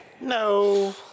No